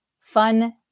fun